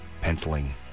penciling